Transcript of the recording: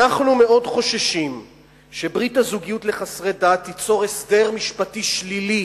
אנחנו מאוד חוששים שברית הזוגיות לחסרי דת תיצור הסדר משפטי שלילי